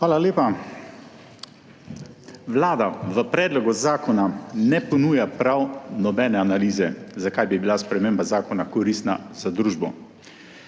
Hvala lepa. Vlada v predlogu zakona ne ponuja prav nobene analize, zakaj bi bila sprememba zakona koristna za družbo.